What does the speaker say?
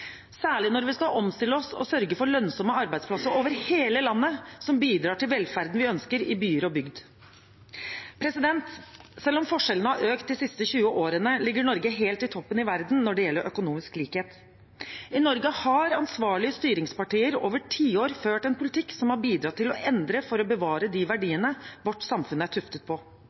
særlig når vi skal omstille oss og sørge for lønnsomme arbeidsplasser over hele landet, som bidrar til velferden vi ønsker, i byer og bygd. Selv om forskjellene har økt de siste 20 årene, ligger Norge helt i toppen i verden når det gjelder økonomisk likhet. I Norge har ansvarlige styringspartier over tiår ført en politikk som har bidratt til å endre for å bevare de verdiene vårt samfunn er tuftet på.